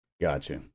gotcha